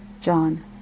John